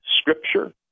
Scripture